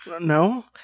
No